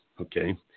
okay